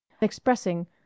expressing